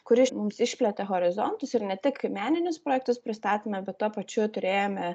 kuri mums išplėtė horizontus ir ne tik meninius projektus pristatėme bet tuo pačiu turėjome